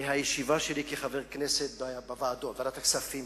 מהישיבה שלי כחבר הכנסת בוועדות, ועדת הכספים,